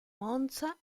monza